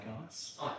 guys